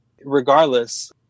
regardless